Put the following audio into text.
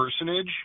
personage